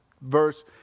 verse